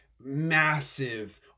massive